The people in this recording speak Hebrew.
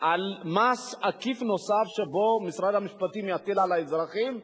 על מס עקיף נוסף שמשרד המשפטים יטיל על האזרחים.